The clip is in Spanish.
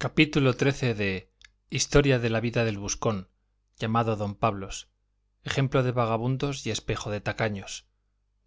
gutenberg ebook historia historia de la vida del buscón llamado don pablos ejemplo de vagamundos y espejo de tacaños